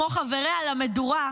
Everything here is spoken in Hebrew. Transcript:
כמו חבריה למדורה,